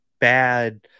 bad